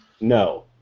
No